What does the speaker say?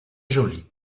joli